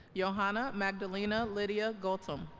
yohanna magdalena lidya gultom